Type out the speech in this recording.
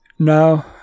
No